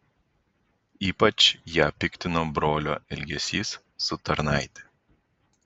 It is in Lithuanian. ypač ją piktino brolio elgesys su tarnaite